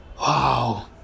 Wow